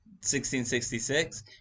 1666